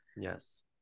Yes